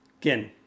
Again